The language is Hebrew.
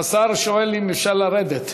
השר שואל אם אפשר לרדת.